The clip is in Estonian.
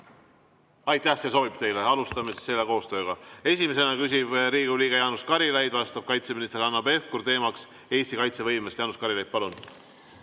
teile? See sobib teile. Alustame siis selle koostööga. Esimesena küsib Riigikogu liige Jaanus Karilaid, vastab kaitseminister Hanno Pevkur, teema on Eesti kaitsevõime. Jaanus Karilaid, palun!